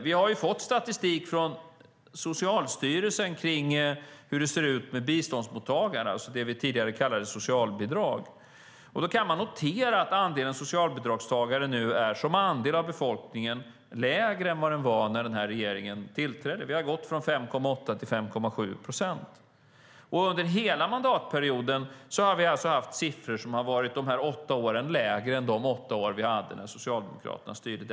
Vi har fått statistik från Socialstyrelsen om hur det ser ut med biståndsmottagande, det vi tidigare kallade socialbidrag. Då kan vi notera att andelen socialbidragstagare som andel av befolkningen nu är lägre än när alliansregeringen tillträdde. Vi har gått från 5,8 till 5,7 procent. Under hela mandatperioden har vi alltså haft siffror som under dessa åtta år varit lägre än under de åtta åren dessförinnan när Socialdemokraterna styrde.